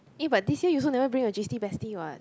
eh but this year you also never bring your j_c bestie [what]